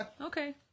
Okay